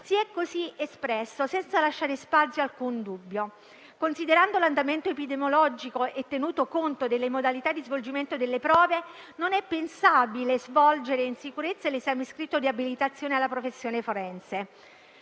si è così espresso, senza lasciare spazio ad alcun dubbio: considerando l'andamento epidemiologico e tenuto conto delle modalità di svolgimento delle prove, non è pensabile svolgere in sicurezza l'esame scritto di abilitazione alla professione forense.